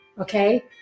Okay